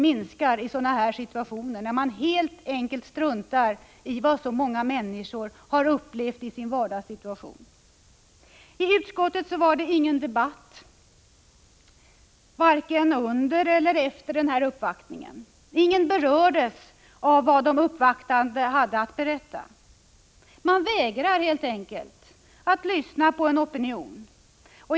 Här struntar man ju i vad så många människor upplever i sin vardagssituation. I utskottet var det ingen debatt vare sig under eller efter nämnda uppvaktning. Ingen berördes av vad de uppvaktande hade att berätta. Man vägrade helt enkelt att lyssna på en opinion.